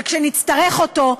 אבל כשנצטרך אותו,